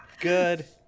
Good